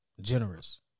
generous